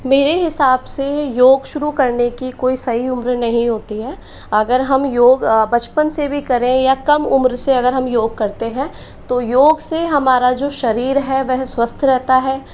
मेरे हिसाब से योग शुरू करने की कोई सही उम्र नहीं होती है अगर हम योग बचपन से भी करें या कम उम्र से अगर हम योग करते है तो योग से हमारा जो शरीर है वह स्वस्थ रहता है